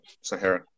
Sahara